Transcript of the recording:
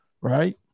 right